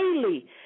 daily